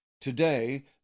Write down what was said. Today